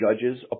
judges